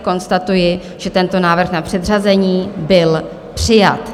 Konstatuji, že tento návrh na předřazení byl přijat.